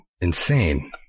insane